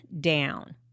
down